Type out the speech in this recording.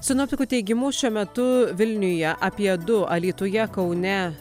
sinoptikų teigimu šiuo metu vilniuje apie du alytuje kaune